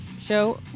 show